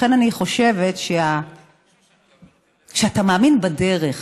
לכן אני חושבת שכשאתה מאמין בדרך